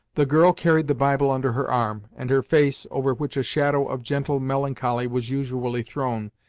the girl carried the bible under her arm, and her face, over which a shadow of gentle melancholy was usually thrown,